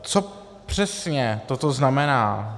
Co přesně toto znamená?